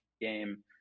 game